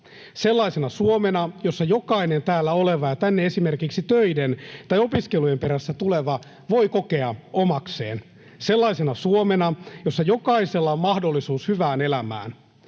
Sellaisena Suomena, jonka jokainen täällä oleva ja tänne esimerkiksi töiden tai opiskelujen perässä tuleva voi kokea omakseen. Sellaisena Suomena, jossa jokaisella on mahdollisuus hyvään elämään.